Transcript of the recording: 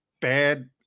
bad